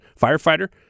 firefighter